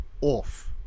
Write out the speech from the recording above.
off